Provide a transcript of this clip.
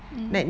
mm